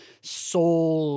soul